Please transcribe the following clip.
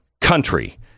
country